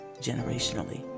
generationally